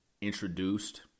introduced